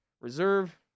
reserve